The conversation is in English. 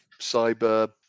Cyber